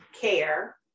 care